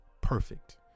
perfect